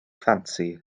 ffansi